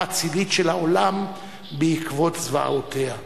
אצילית" של העולם בעקבות זוועותיה.